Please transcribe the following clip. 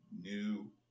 new